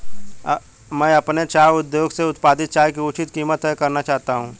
मैं अपने चाय उद्योग से उत्पादित चाय की उचित कीमत तय करना चाहता हूं